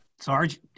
sarge